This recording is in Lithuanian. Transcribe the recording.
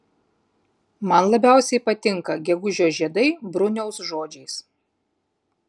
man labiausiai patinka gegužio žiedai bruniaus žodžiais